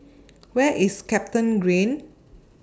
Where IS Capitagreen